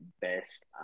best